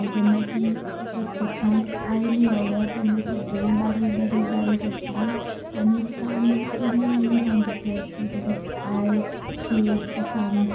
जेन्ना ती प्रत्यक्षांक आयली ओर्डर तेन्ना सगळी बारीक बारीक बारीक आसली आनीक सामकी ईली ईली काँटिटी आसली तशेंच आयशेड्स सामके